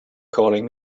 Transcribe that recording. calling